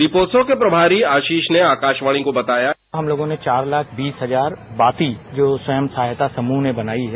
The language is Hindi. दीपोत्सव के प्रभारी आशीष ने आकाशवाणी को बताया हम लोगों ने चार लाख बीस हजार बाती जो स्वयं सहायता समूह ने बनाई है